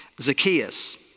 Zacchaeus